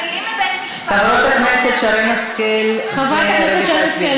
חברות הכנסת שרן השכל ורויטל סויד,